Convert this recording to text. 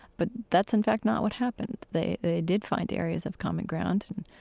but that's in fact not what happened. they did find areas of common ground.